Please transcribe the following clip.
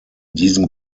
diesem